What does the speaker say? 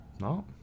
no